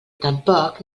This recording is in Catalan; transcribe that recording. tampoc